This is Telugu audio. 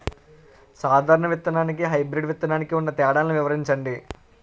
సాధారణ విత్తననికి, హైబ్రిడ్ విత్తనానికి ఉన్న తేడాలను వివరించండి?